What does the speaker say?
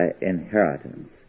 inheritance